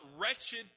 wretched